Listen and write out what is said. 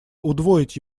удвоить